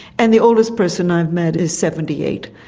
and the oldest person i've met is seventy eight,